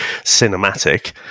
Cinematic